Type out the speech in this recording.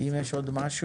אם יש עוד משהו